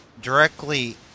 directly